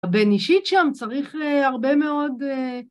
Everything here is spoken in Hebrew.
הבין אישית שם צריך הרבה מאוד...